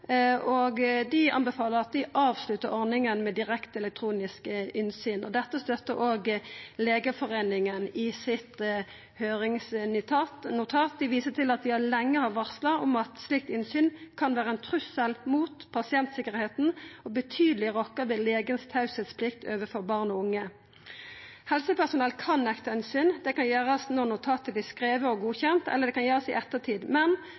og dei anbefaler at vi avsluttar ordninga med direkte elektronisk innsyn. Dette støttar òg Legeforeningen i sitt høyringsnotat. Dei viser til at dei lenge har varsla om at slikt innsyn kan vera ein trussel mot pasientsikkerheita og betydeleg rokkar ved teieplikta legen har overfor barn og unge. Helsepersonell kan nekta innsyn. Det kan gjerast når notatet vert skrive og godkjent, eller det kan gjerast i ettertid, men